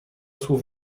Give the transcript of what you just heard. słów